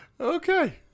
Okay